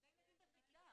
שני ילדים בכיתה.